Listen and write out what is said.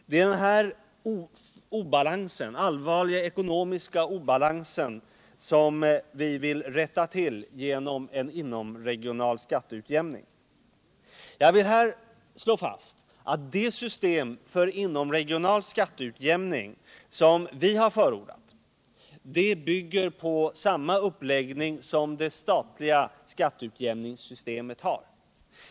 Det är den här allvarliga ekonomiska obalansen som vi vill rätta till genom en inomregional skatteutjämning. Jag vill slå fast att det system för inomregional skatteutjämning som vi har förordat bygger på samma uppläggning som det statliga skatteutjämningssystemet har.